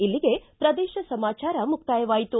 ಇಲ್ಲಿಗೆ ಪ್ರದೇಶ ಸಮಾಚಾರ ಮುಕ್ತಾಯವಾಯಿತು